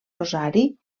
rosari